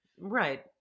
Right